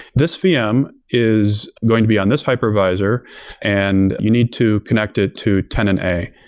this vm is going to be on this hypervisor and you need to connect it to tenant a.